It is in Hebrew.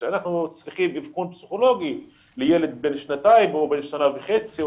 כשאנחנו צריכים אבחון פסיכולוגי לילד בן שנתיים או בן שנה וחצי,